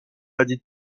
maladies